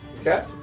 okay